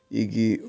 igi